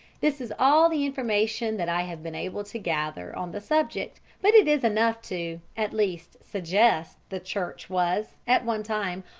this is all the information that i have been able to gather on the subject, but it is enough to, at least, suggest the church was, at one time,